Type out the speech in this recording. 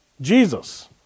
Jesus